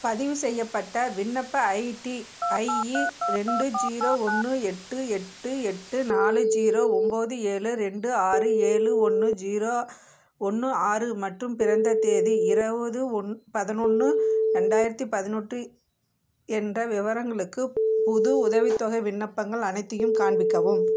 பதிவுசெய்யப்பட்ட விண்ணப்ப ஐடி ஐஇ ரெண்டு ஜீரோ ஒன்று எட்டு எட்டு எட்டு நாலு ஜீரோ ஒம்பது ஏழு ரெண்டு ஆறு ஏழு ஒன்று ஜீரோ ஒன்று ஆறு மற்றும் பிறந்த தேதி இருபது ஒன் பதினொன்று ரெண்டாயிரத்தி பதினெட்டு என்ற விவரங்களுக்கு புது உதவித்தொகை விண்ணப்பங்கள் அனைத்தையும் காண்பிக்கவும்